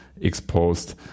exposed